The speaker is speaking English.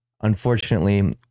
Unfortunately